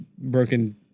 broken